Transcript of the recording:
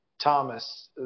Thomas